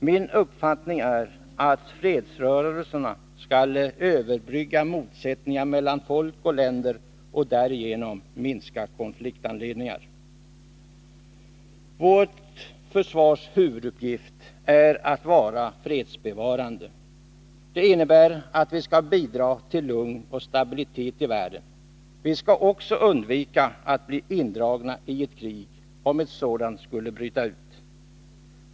Min uppfattning är att fredsrörelserna skall överbrygga motsättningar mellan folk och länder och därigenom minska konfliktanledningar. Vårt försvars huvuduppgift är att vara fredsbevarande. Det innebär att vi skall bidra till lugn och stabilitet i världen. Vi skall också undvika att bli indragna i ett krig, om ett sådant skulle bryta ut.